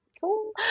cool